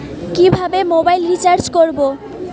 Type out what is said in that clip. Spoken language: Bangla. কিভাবে মোবাইল রিচার্জ করব?